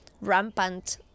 rampant